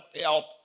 help